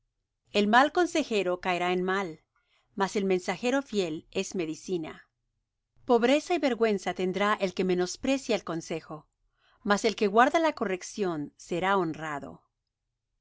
el mal mensajero caerá en mal mas el mensajero fiel es medicina pobreza y vergüenza tendrá el que menosprecia el consejo mas el que guarda la corrección será honrado el